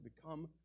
become